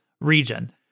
region